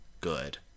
good